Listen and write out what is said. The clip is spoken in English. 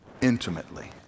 intimately